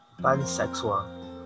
pansexual